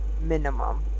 minimum